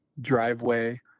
driveway